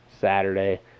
saturday